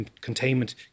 containment